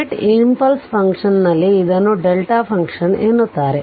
unit impulse function ನಲ್ಲಿ ಇದನ್ನು function ಎನ್ನುತ್ತಾರೆ